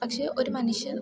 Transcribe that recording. പക്ഷെ ഒരു മനുഷ്യൻ